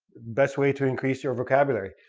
best way to increase your vocabulary.